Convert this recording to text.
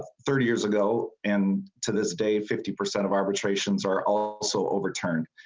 thirty years ago and to this day fifty percent of arbitration is are all so overturned.